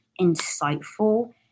insightful